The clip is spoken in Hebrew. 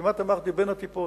כמעט אמרתי בין הטיפות,